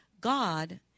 God